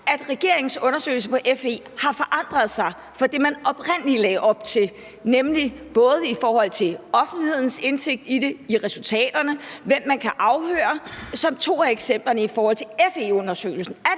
at regeringens undersøgelse af FE har forandret sig fra det, man oprindelig lagde op til, nemlig både i forhold til offentlighedens indsigt i det, i resultaterne, og hvem man kan afhøre – som to af eksemplerne i forhold til FE-undersøgelsen?